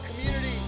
community